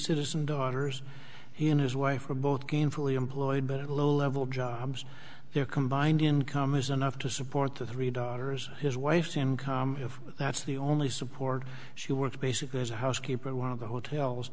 citizen daughters he and his wife are both gainfully employed but a low level jobs their combined income is enough to support the three daughters his wife's income if that's the only support she works basically as a housekeeper one of the hotels